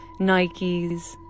Nikes